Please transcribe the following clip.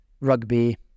rugby